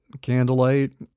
Candlelight